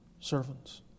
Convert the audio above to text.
servants